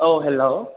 औ हेल्ल'